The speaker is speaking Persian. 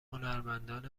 هنرمندان